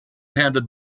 handed